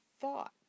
thought